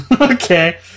Okay